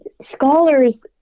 scholars